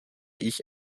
ich